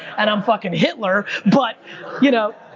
and i'm fucking hitler, but you know,